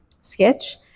sketch